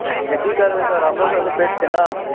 तऽ कि करबै सर हमरो सबके पेट छै ने